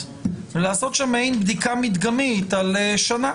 ולעשות שם מעין בדיקה מדגמית על שנה